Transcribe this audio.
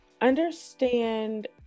understand